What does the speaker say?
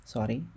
Sorry